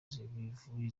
zivuga